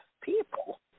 people